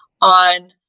on